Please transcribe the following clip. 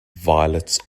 violets